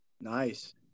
Nice